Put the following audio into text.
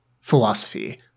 philosophy